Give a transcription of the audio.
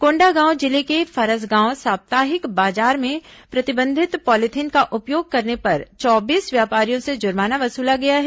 कोंडागांव जिले के फरसगांव साप्ताहिक बाजार में प्रतिबंधित पॉलिथीन का उपयोग करने पर चौबीस व्यापारियों से जुर्माना वसुला गया है